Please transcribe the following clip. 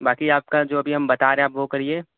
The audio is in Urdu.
باقی آپ کا جو ابھی ہم بتا رہے ہیں آپ وہ کریے